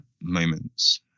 moments